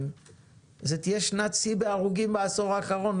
זו תהיה שנת שיא בהרוגים בעשור האחרון,